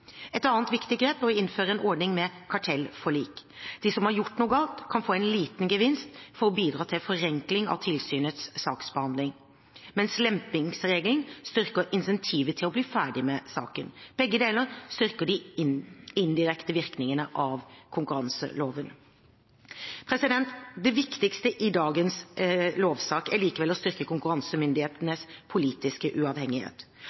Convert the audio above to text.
Et annet viktig grep er å innføre en ordning med kartellforlik. De som har gjort noe galt, kan få en liten gevinst for å bidra til forenkling av tilsynets saksbehandling, mens lempningsregelen styrker incentivet til å bli ferdig med saken. Begge deler styrker de indirekte virkningene av konkurranseloven. Det viktigste i dagens lovsak er likevel å styrke konkurransemyndighetenes politiske uavhengighet.